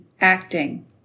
acting